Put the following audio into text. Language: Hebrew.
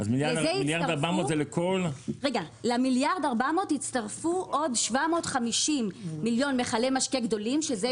99'. למיליארד ו-400 הצטרפו עוד 750 מיליון מכלי משקה גדולים שזה